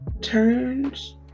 turns